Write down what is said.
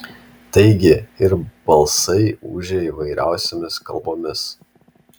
taigi ir balsai ūžė įvairiausiomis kalbomis